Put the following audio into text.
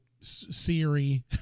Siri